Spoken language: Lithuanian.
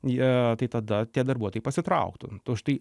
jie tai tada tie darbuotojai pasitrauktų štai